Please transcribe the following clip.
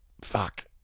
Fuck